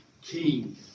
King